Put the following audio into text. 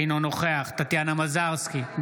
אינו נוכח טטיאנה מזרסקי,